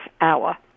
hour